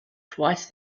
twice